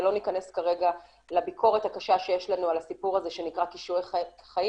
ולא ניכנס לביקורת הקשה שיש לנו על הסיפור הזה שנקרא כישורי חיים